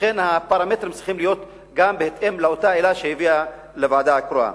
ולכן הפרמטרים צריכים להיות בהתאם לאותה עילה שהביאה לוועדה הקרואה.